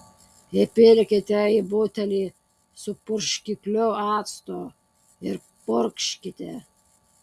įpilkite į butelį su purškikliu acto ir purkškite